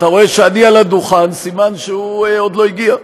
אתה רואה שאני על הדוכן, סימן שהוא עוד לא הגיע.